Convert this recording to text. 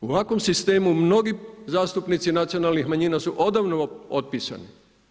U ovakvom sistemu mnogi zastupnici nacionalnih manjina su odavno otpisani.